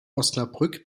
osnabrück